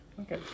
Okay